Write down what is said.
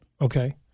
okay